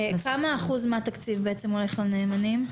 כמה אחוז בעצם מהתקציב הולך לנאמנים?